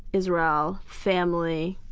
israel, family,